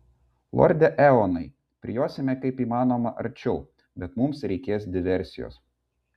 lorde eonai prijosime kaip įmanoma arčiau bet mums reikės diversijos